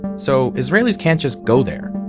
so israelis can't just go there.